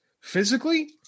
physically